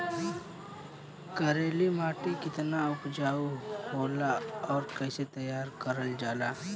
करेली माटी कितना उपजाऊ होला और कैसे तैयार करल जाला?